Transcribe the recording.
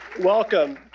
welcome